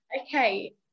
okay